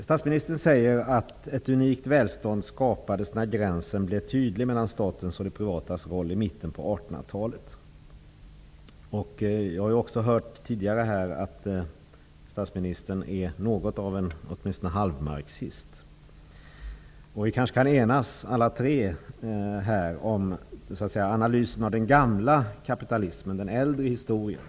Statsministern säger att ett unikt välstånd skapades när gränsen mellan statens och det privatas roll blev tydlig i mitten på 1800-talet. Jag har också hört tidigare att statsministern är något av åtminstone en halvmarxist. Vi kanske kan enas alla tre om analysen av den gamla kapitalismen och den äldre historien.